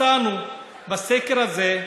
מצאנו בסקר הזה,